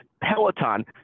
Peloton